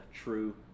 true